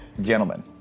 Gentlemen